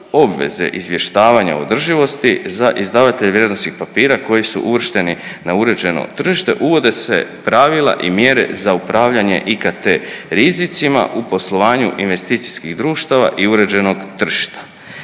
izvještavanja o održivosti za izdavatelja vrijednosnih papira koji su uvršteni na uređeno tržište uvode se pravila i mjere za upravljanje IKT rizicima u poslovanju investicijskih društava i uređenog tržišta.